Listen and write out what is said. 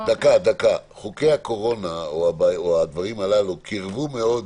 חוקי הקורונה או הדברים הללו קירבו מאוד.